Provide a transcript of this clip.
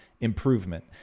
improvement